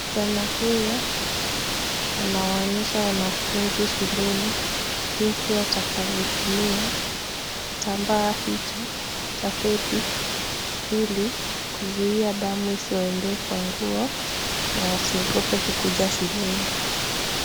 Msichana huyu anawaonyesha wanafunzi shuleni, jinsi watakavyotumia kitambaa hicho cha pedi, ili kuzuia damu isiwaendee kwa nguo na wasiogope kukuja shuleni.